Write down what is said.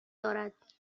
دارد